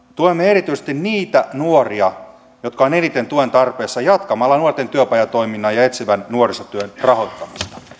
tuemme erityisesti niitä nuoria jotka ovat eniten tuen tarpeessa jatkamalla nuorten työpajatoiminnan ja etsivän nuorisotyön rahoittamista ja